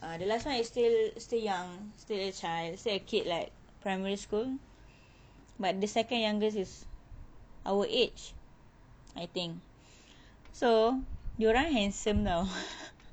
uh the last one is still is still young still a child still a kid like primary school but the second youngest is our age I think so dorang handsome tau